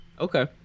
Okay